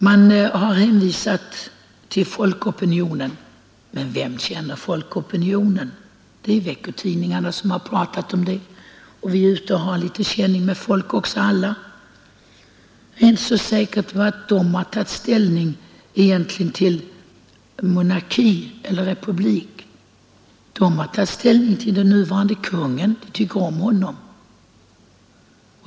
Det har hänvisats till folkopinionen. Men vem känner folkopinionen? Det är veckotidningarna som har skrivit om den, och alla vi som är ute bland folk har väl också en viss uppfattning om den. Jag är inte så säker på att människorna tagit ställning till frågan om monarki eller republik utan till den nuvarande kungen. De tycker om honom.